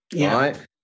right